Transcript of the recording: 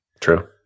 true